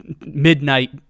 midnight